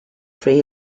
free